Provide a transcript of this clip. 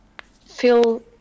feel